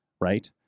right